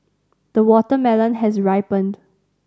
the watermelon has ripened